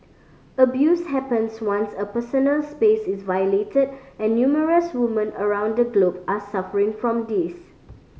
abuse happens once a personal space is violated and numerous women around the globe are suffering from this